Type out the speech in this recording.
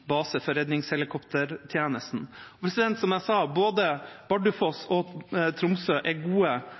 redningshelikoptertjenesten. Som jeg sa, er både Bardufoss og Tromsø gode